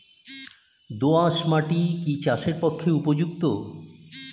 দোআঁশ মাটি কি চাষের পক্ষে উপযুক্ত?